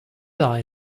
eye